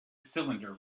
cylinder